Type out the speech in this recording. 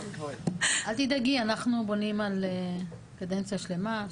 אל תדאגי, אנחנו בונים על קדנציה שלמה.